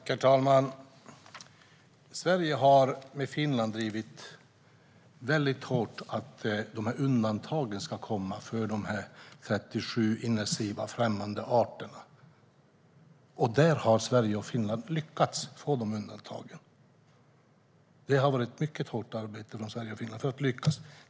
Herr talman! Sverige har med Finland väldigt hårt drivit att det ska komma undantag för de 37 invasiva främmande arterna. Vi har lyckats få de undantagen. Det har varit ett mycket hårt arbete från Sverige och Finland för att lyckas.